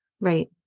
Right